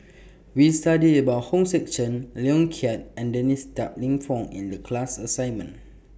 We studied about Hong Sek Chern Lee Yong Kiat and Dennis Tan Lip Fong in The class assignment